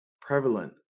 prevalent